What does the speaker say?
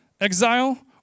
exile